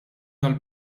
tal